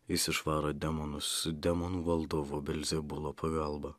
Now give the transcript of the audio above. jis išvaro demonus demonų valdovo belzebubo pagalba